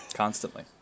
constantly